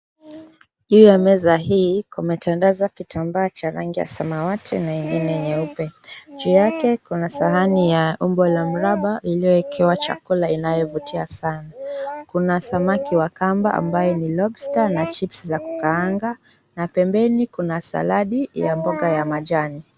Juu ya meza hii kumetandazwa kitambaa cha rangi ya samawati na ingine nyeupe. Juu yake kuna sahani ya umbo la mraba iliyowekewa chakula inayovutia sana. Kuna samaki wa kamba ambaye ni lobster na chipsi za kukaanga na pembeni kuna saladi ya mboga ya majani.